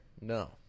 No